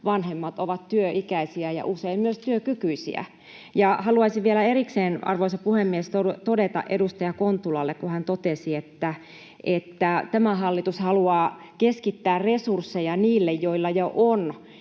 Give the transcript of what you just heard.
vanhemmat ovat työikäisiä ja usein myös työkykyisiä. Haluaisin vielä erikseen, arvoisa puhemies, todeta edustaja Kontulalle sen, kun hän totesi, että tämä hallitus haluaa keskittää resursseja niille, joilla jo on,